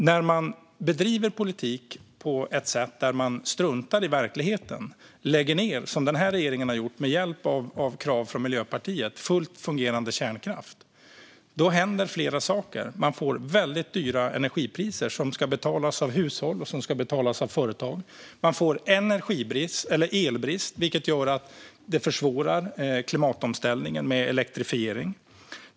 När man bedriver politik på ett sådant sätt att man struntar i verkligheten och, som den här regeringen har gjort med hjälp av krav från Miljöpartiet, lägger ned fullt fungerande kärnkraft händer flera saker. Man får väldigt dyra energipriser, som ska betalas av hushåll och företag. Man får också elbrist, vilket försvårar för klimatomställningen och elektrifieringen. Fru talman!